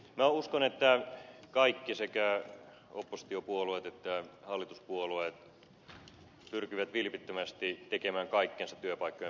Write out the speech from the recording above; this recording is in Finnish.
minä uskon että kaikki sekä oppositiopuolueet että hallituspuolueet pyrkivät vilpittömästi tekemään kaikkensa työpaikkojen pelastamiseksi